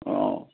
অঁ